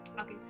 okay